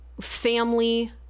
family